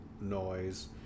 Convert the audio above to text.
noise